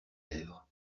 lèvres